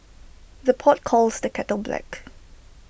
the pot calls the kettle black